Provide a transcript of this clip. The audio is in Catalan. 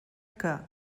que